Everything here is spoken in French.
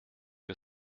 que